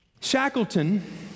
Shackleton